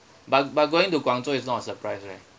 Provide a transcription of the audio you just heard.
but but going to guangzhou is not a surprise leh